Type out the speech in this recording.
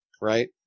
right